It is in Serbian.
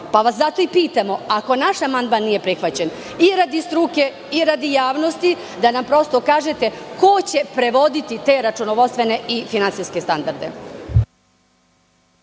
Zato vas i pitamo – ako naš amandman nije prihvaćen, i radi struke, a i radi javnosti, da nam prosto kažete ko će prevoditi te računovodstvene i finansijske standarde?